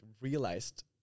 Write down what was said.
realized